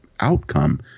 outcome